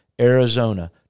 Arizona